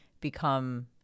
become